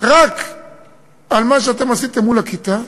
רק על מה שעשיתם מול הכיתה,